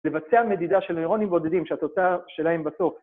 לבצע מדידה של נוירונים בודדים שהתוצאה שלהם בסוף.